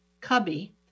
cubby